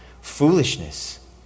foolishness